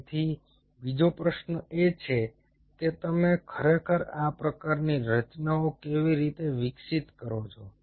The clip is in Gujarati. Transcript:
તેથી બીજો પ્રશ્ન એ છે કે તમે ખરેખર આ પ્રકારની રચનાઓ કેવી રીતે વિકસિત કરો છો